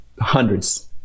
hundreds